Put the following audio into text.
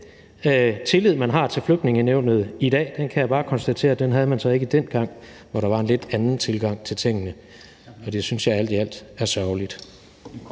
tillid, man har til Flygtningenævnet i dag, kan jeg bare konstatere at man så ikke havde dengang, hvor der var en lidt anden tilgang til tingene, og det synes jeg alt i alt er sørgeligt.